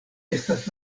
estas